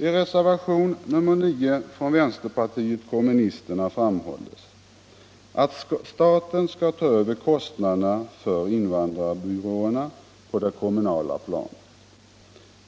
I reservationen 9 från vänsterpartiet kommunisterna föreslås att staten skall ta över kostnaderna för invandrarbyråerna på det kommunala planet.